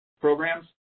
programs